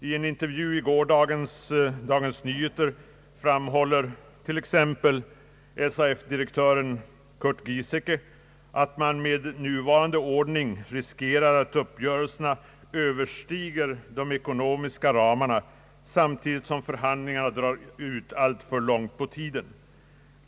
I en intervju i gårdagens Dagens Nyheter framhåller t.ex. SAF-direktören Curt-Steffan Giesecke att man med nuvarande ordning riskerar att uppgörelserna överstiger de ekonomiska ramarna samtidigt som förhandlingarna drar alltför långt ut på tiden.